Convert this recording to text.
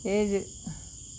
ഏഴ്